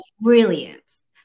brilliance